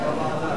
נתקבל.